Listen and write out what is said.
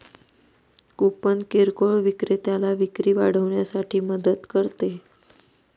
coupon किरकोळ विक्रेत्याला विक्री वाढवण्यासाठी मदत करते